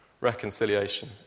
reconciliation